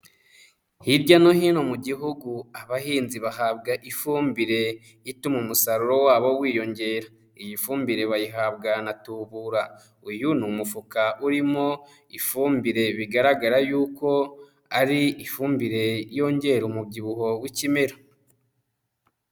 Hirya no hino mu gihugu abahinzi bahabwa ifumbire ituma umusaruro wabo wiyongera, iyi fumbire bayihabwa na Tubura, uyu ni umufuka urimo ifumbire bigaragara y'uko ari ifumbire yongera umubyibuho w'ikimera.